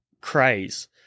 craze